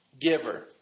giver